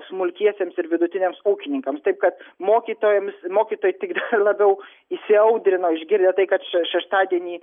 smulkiesiems ir vidutiniams ūkininkams taip kad mokytojams mokytojai tik dar labiau įsiaudrino išgirdę tai kad š šeštadienį